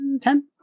Ten